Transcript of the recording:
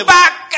back